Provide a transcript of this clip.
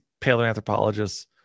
paleoanthropologists